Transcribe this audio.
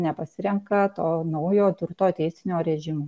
nepasirenka to naujo turto teisinio režimo